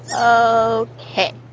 Okay